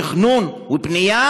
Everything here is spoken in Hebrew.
תכנון ובנייה,